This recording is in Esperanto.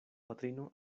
patrino